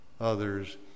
others